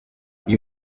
uyu